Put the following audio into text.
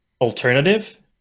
alternative